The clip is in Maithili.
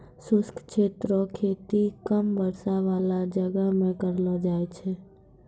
शुष्क क्षेत्र रो खेती कम वर्षा बाला जगह मे करलो जाय छै